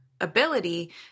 ability